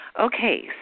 Okay